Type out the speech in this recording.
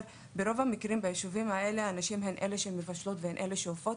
ברוב המקרים ביישובים האלה הנשים הן אלה שמבשלות ואופות,